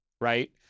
right